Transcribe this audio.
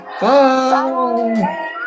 Bye